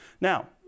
Now